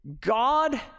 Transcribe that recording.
God